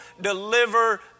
deliver